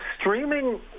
streaming